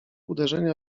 uderzenia